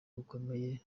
bukomeye